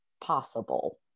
possible